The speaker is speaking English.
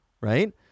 right